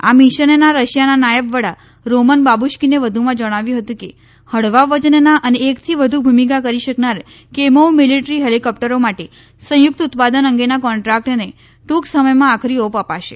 આ મિશનના રશિયાના નાયબ વડા રોમન બાબુશ્કીને વધુમાં જણાવ્યું હતું કે હળવા વજનના અને એકથી વધુ ભૂમિકા કરી શકનાર કેમોવ મિલીટરી હેલીકોપ્ટરો માટે સંયુકત ઉત્પાદન અંગેના કોન્ટ્રાકટને ટુંક સમયમાં આખરી ઓપ અપાશે